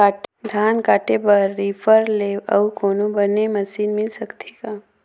धान काटे बर रीपर ले अउ कोनो बने मशीन मिल सकथे का?